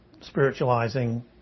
spiritualizing